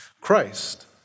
Christ